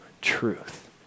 truth